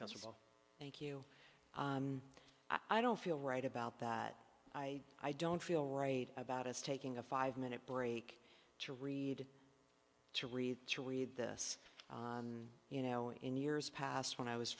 five thank you i don't feel right about that i i don't feel right about us taking a five minute break to read to read to read this you know in years past when i was